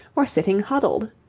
or sitting huddled.